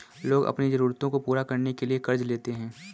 लोग अपनी ज़रूरतों को पूरा करने के लिए क़र्ज़ लेते है